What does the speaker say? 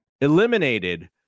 eliminated